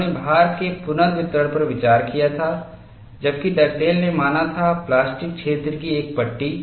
उन्होंने भार के पुनर्वितरण पर विचार किया था जबकि डगडेल ने माना था प्लास्टिक क्षेत्र की एक पट्टी